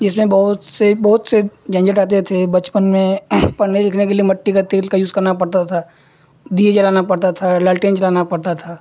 जिसमें बहुत से बहुत से झंझट आते थे बचपन में पढ़ने लिखने के लिए मिट्टी के तेल का यूज़ करना पड़ता था दीया जलाना पड़ता था लालटेन जलाना पड़ता था